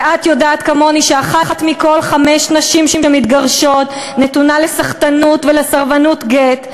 ואת יודעת כמוני שאחת מכל חמש נשים שמתגרשות נתונה לסחטנות ולסרבנות גט,